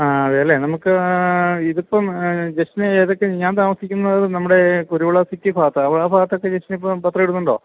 അ അതെ അല്ലേ നമുക്ക് ഇതിപ്പോള് ജെസ്റ്റിന് ഏതൊക്കെ ഞാൻ താമസിക്കുന്നത് നമ്മുടെ കുരുവിള സിറ്റി ഭാഗത്ത് ആ ഭാഗത്തൊക്കെ ജെസിനിപ്പോള് പത്രം ഇടുന്നുണ്ടോ